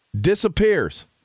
Disappears